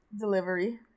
delivery